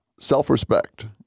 self-respect